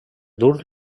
dur